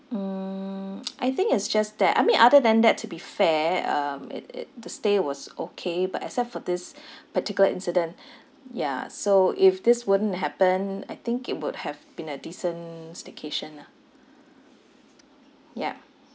mm I think it's just that I mean other than that to be fair um it it the stay was okay but except for this particular incident ya so if this wouldn't happen I think it would have been a decent staycation ah ya